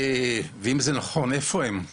ואם זה נכון, איפה הם?